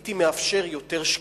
הייתי מאפשר יותר שקיפות,